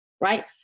Right